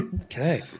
Okay